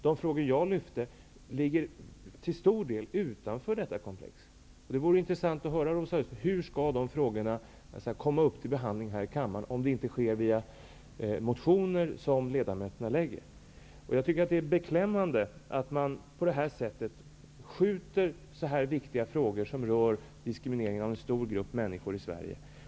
De frågor som jag har lyft fram ligger till stor del utanför detta komplex. Det vore intressant att få höra Rosa Östh säga hur de frågorna skall tas upp till behandling om det inte sker via motioner väckta av ledamöterna? Det är beklämmande att på detta sätt skjuta på sådana viktiga frågor som rör diskriminering av en stor grupp människor i Sverige.